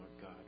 God